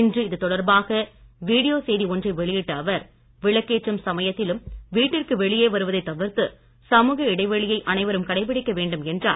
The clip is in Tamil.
இன்று இதுதொடர்பாக வீடியோ செய்தி ஒன்றை வெளியிட்ட அவர் விளக்கேற்றும் சமயத்திலும் வீட்டிற்கு வெளியே வருவதை தவிர்த்து சமூக இடைவெளியை அனைவரும் கடைபிடிக்க வேண்டும் என்றார்